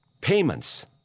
payments